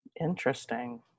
Interesting